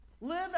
Live